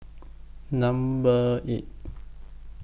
Number eight